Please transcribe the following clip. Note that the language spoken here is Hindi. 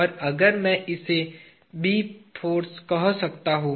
और अगर मैं इसे B फोर्स कह सकता हूं